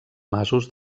masos